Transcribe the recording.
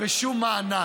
ושום מענק.